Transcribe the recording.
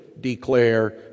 declare